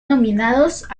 nominados